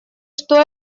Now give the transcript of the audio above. что